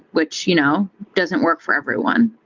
which you know doesn't work for everyone.